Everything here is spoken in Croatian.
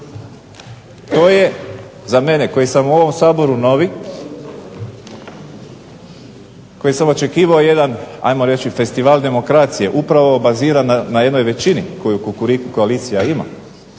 To je za mene koji sam u ovom Saboru novi, koji sam očekivao jedan ajmo reći festival demokracije upravo baziran na jednoj većini koju Kukuriku koalicija ima,